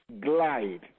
glide